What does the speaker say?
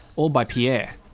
all by pierre.